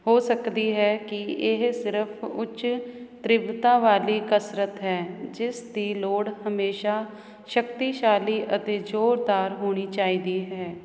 ਹੋ ਸਕਦੀ ਹੈ ਕਿ ਇਹ ਸਿਰਫ਼ ਉੱਚ ਤੀਬਰਤਾ ਵਾਲੀ ਕਸਰਤ ਹੈ ਜਿਸ ਦੀ ਲੋੜ ਹਮੇਸ਼ਾ ਸ਼ਕਤੀਸ਼ਾਲੀ ਅਤੇ ਜ਼ੋਰਦਾਰ ਹੋਣੀ ਚਾਹੀਦੀ ਹੈ